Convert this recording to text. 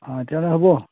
অঁ তেতিয়াহ'লে হ'ব